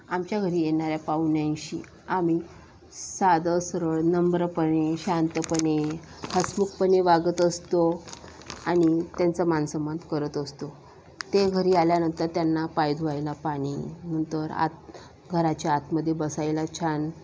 आमच्या घरी येणाऱ्या पाहुण्यांशी आम्ही साधं सरळ नम्रपणे शांतपणे हसमुखपणे वागत असतो आणि त्यांचा मानसन्मान करत असतो ते घरी आल्यानंतर त्यांना पाय धुवायला पाणी नंतर आत घराच्या आतमध्ये बसायला छान